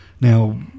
Now